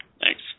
Thanks